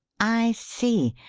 i see.